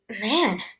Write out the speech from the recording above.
Man